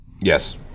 Yes